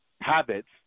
habits